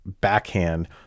backhand